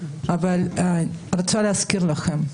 אבל אני רוצה להזכיר לכם.